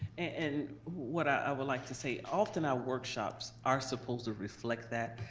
and what i would like to say, often our workshops are supposed to reflect that.